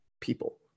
people